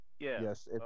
Yes